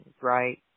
right